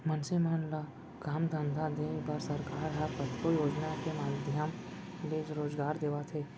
मनसे मन ल काम धंधा देय बर सरकार ह कतको योजना के माधियम ले रोजगार देवत हे